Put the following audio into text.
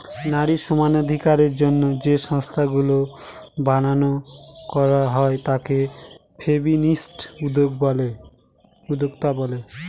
নারী সমানাধিকারের জন্য যে সংস্থাগুলা বানানো করা হয় তাকে ফেমিনিস্ট উদ্যোক্তা বলে